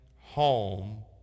home